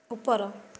ଉପର